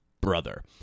brother